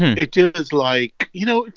it it is like you know,